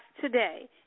today